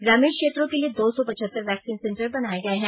ग्रामीण क्षेत्रों के लिए दो सौ पचहत्तर वैक्सीन सेंटर बनाये गये हैं